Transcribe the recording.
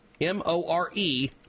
M-O-R-E